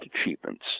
achievements